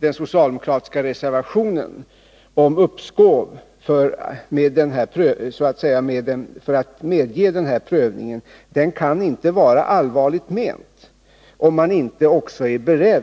Den socialdemokratiska reservationen om uppskov för att medge en prövning kan nämligen inte vara allvarligt menad, om man inte också är beredd